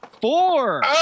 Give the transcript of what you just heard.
four